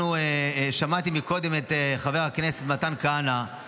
שמעתי קודם את חבר הכנסת מתן כהנא,